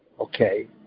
okay